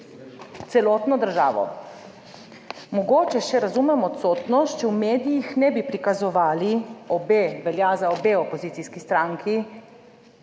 celotno državo? Mogoče še razumem odsotnost, če v medijih ne bi prikazovali – obe, velja za obe opozicijski stranki